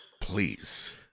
please